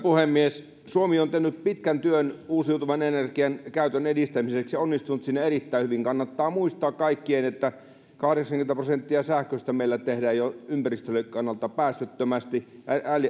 puhemies suomi on tehnyt pitkän työn uusiutuvan energian käytön edistämiseksi ja onnistunut siinä erittäin hyvin kannattaa muistaa kaikkien että meillä jo kahdeksankymmentä prosenttia sähköstä tehdään ympäristönkin kannalta päästöttömästi